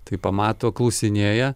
tai pamato klausinėja